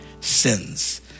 sins